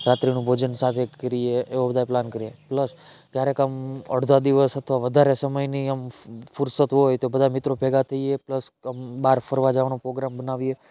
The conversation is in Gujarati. રાત્રિનું ભોજન સાથે કરીએ એવા બધાય પ્લાન કરીએ પ્લસ ક્યારેક આમ અડધો દિવસ અથવા વધારે સમયની આમ ફુરસત હોય તો બધા મિત્રો ભેગા થઈએ પ્લસ બહાર ફરવા જવાનો પ્રોગ્રામ બનાવીએ